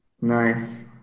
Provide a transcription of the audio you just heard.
Nice